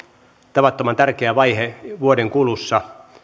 tavattoman tärkeä vaihe vuoden kulussa